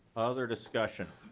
other discussion?